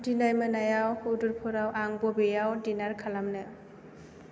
दिनै मोनायाव उदुरपुराव आं बबेयाव दिनार खालामनो